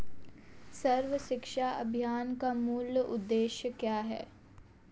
सर्व शिक्षा अभियान का मूल उद्देश्य क्या है?